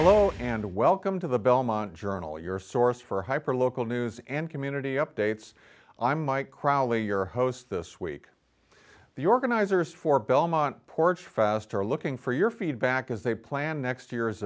hello and welcome to the belmont journal your source for hyper local news and community updates i'm mike crowley your host this week the organizers for belmont ports fast are looking for your feedback as they plan next year's